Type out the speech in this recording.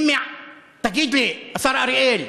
תגיד לי, השר אריאל,